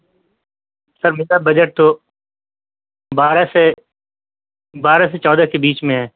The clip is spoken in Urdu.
سر میرا بجٹ تو بارہ سے بارہ سے چودہ کے بیچ میں ہے